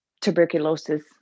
tuberculosis